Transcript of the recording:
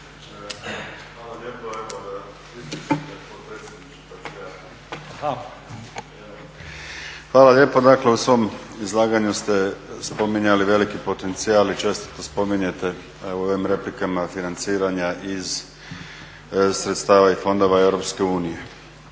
Đuro (HDZ)** Hvala lijepo. Dakle u svom izlaganju ste spominjali veliki potencijal i često to spominjete evo u ovim replikama financiranja iz sredstava i fondova Europske unije.